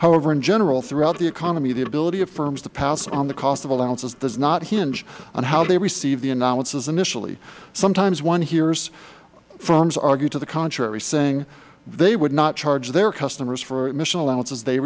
however in general throughout the economy the ability of firms to pass on the cost of allowances does not hinge on how they receive the allowances initially sometimes one hears firms argue to the contrary saying they would not charge their customers for emission allowances they